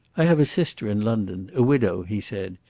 i have a sister in london, a widow, he said.